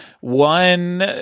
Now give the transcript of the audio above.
one